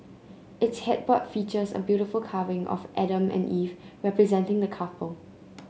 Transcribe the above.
its headboard features a beautiful carving of Adam and Eve representing the couple